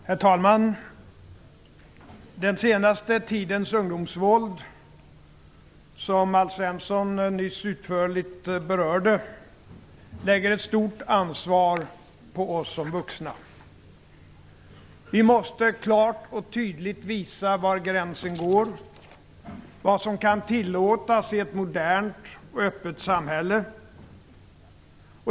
Herr talman! Den senaste tidens ungdomsvåld, som Alf Svensson nyss utförligt berörde, lägger ett stort ansvar på oss som vuxna. Vi måste klart och tydligt visa var gränsen går och vad som kan tillåtas i ett modernt och öppet samhälle.